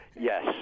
Yes